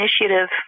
initiative